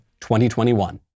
2021